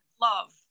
Love